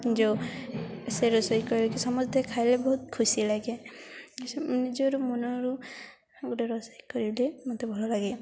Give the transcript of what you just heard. ଯେଉଁ ସେ ରୋଷେଇ କରିକି ସମସ୍ତେ ଖାଇଲେ ବହୁତ ଖୁସି ଲାଗେ ନିଜର ମନରୁ ଗୋଟେ ରୋଷେଇ କରିଲେ ମୋତେ ଭଲ ଲାଗେ